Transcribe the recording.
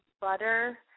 butter